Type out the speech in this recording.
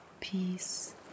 peace